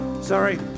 Sorry